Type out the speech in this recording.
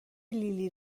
لیلی